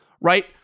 right